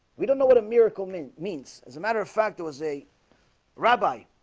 we don't know what a miracle mean means as a matter of fact. it was a rabbi